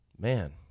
Man